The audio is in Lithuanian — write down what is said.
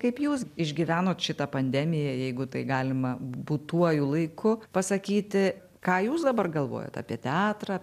kaip jūs išgyvenot šitą pandemiją jeigu tai galima būtuoju laiku pasakyti ką jūs dabar galvojat apie teatrą